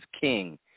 king